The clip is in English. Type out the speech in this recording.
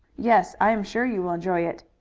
yes, i am sure you will enjoy it.